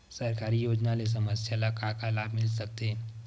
सरकारी योजना ले समस्या ल का का लाभ मिल सकते?